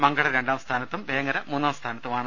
മങ്കട രണ്ടാം സ്ഥാനത്തും വേങ്ങര മൂന്നാം സ്ഥാനത്തുമുണ്ട്